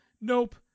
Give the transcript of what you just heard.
nope